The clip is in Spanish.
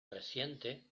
reciente